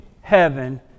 heaven